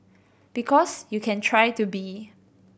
because you can try to be